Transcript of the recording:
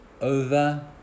over